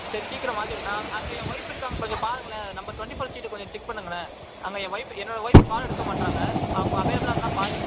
சரி சீக்கிரம் மாத்திவிடுங்க அங்கே என் ஒய்ஃப் இருக்காங்கள் கொஞ்சம் பாருங்களேன் நம்பர் டொன்டி ஃபர்ஸ்ட் சீட்டை கொஞ்சம் செக் பண்ணுங்களேன் அங்கே என் ஒய்ஃப் என்னோடய ஒய்ஃப் கால் எடுக்க மாட்றாங்கள் அவங்க அவைலபிளாக இருந்தால் பாருங்கள்